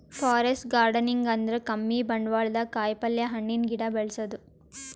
forest gardening ಅಂದ್ರ ಕಮ್ಮಿ ಬಂಡ್ವಾಳ್ದಾಗ್ ಕಾಯಿಪಲ್ಯ, ಹಣ್ಣಿನ್ ಗಿಡ ಬೆಳಸದು